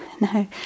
no